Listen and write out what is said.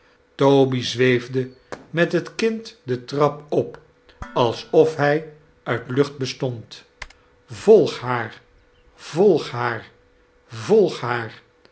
toby zweefde mieit het kind de trap op als of hij uit lucht bestond volg haar volg haar volg haar